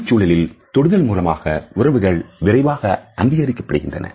தொழில் சூழலில் தொடுதல் மூலமாக உறவுகள் விரைவாக அங்கீகரிக்கப் படுகின்றன